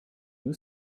you